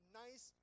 nice